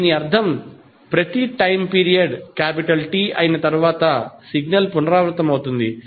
దీని అర్థం ప్రతి టైమ్ పీరియడ్ T అయిన తరువాత సిగ్నల్ పునరావృతమవుతుంది